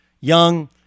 young